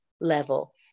level